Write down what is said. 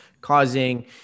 causing